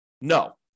No